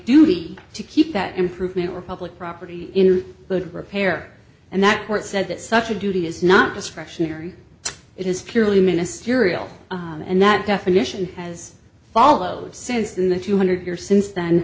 duty to keep that improvement or public property in good repair and that court said that such a duty is not discretionary it is purely ministerial and that definition has followed since in the two hundred years since then